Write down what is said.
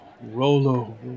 Rolo